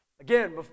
again